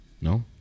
No